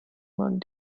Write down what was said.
man